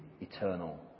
eternal